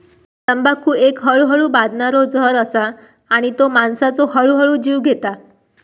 तंबाखू एक हळूहळू बादणारो जहर असा आणि तो माणसाचो हळूहळू जीव घेता